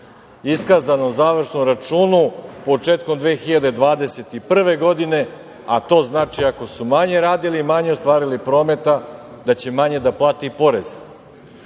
iskazanom završnom računu, početkom 2021. godine. To znači, ako su manje radili i manje ostvarili prometa, da će i da manje plate porez.